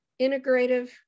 integrative